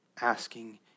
asking